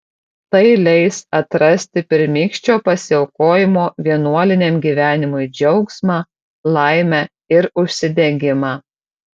tai leis atrasti pirmykščio pasiaukojimo vienuoliniam gyvenimui džiaugsmą laimę ir užsidegimą